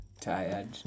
tired